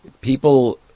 people